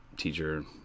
teacher